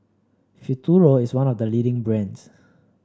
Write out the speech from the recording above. Futuro is one of the leading brands